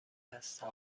هستم